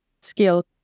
skill